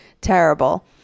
terrible